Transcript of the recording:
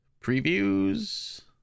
previews